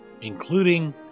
including